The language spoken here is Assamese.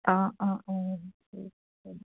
অ' অ' অ'